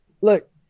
Look